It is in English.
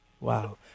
Wow